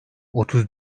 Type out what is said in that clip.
otuz